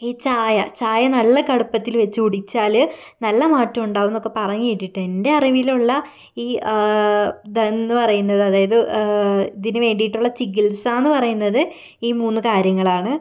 ഈ ചായ ചായ നല്ല കടുപ്പത്തിൽ വെച്ചു കുടിച്ചാൽ നല്ല മാറ്റം ഉണ്ടാവുമെന്നൊക്കെ പറഞ്ഞു കേട്ടിട്ടുണ്ട് എൻ്റെ അറിവിലുള്ള ഈ ഇതെന്നു പറയുന്നത് അതായത് ഇതിനു വേണ്ടിയിട്ടുള്ള ചികിത്സയെന്നു പറയുന്നത് ഈ മൂന്ന് കാര്യങ്ങളാണ്